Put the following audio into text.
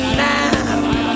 now